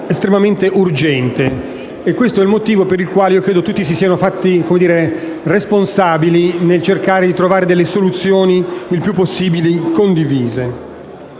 estremamente urgente. Questo è il motivo per il quale, credo, tutti si siano fatti responsabili nel cercare di trovare le soluzioni il più possibile condivise.